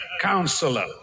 Counselor